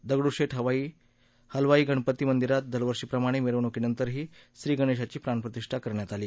दगडुशेठ हलवाई गणपती मंदीरात दरवर्षीप्रमाणे मिरवणुकीनंतर श्री गणेशाची प्राणप्रतिष्ठा करण्यात आली